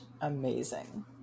Amazing